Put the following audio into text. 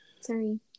Sorry